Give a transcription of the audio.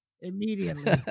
Immediately